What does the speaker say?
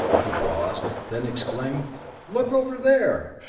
he paused, then exclaimed look over there!